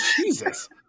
Jesus